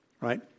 Right